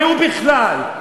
מיהו בכלל?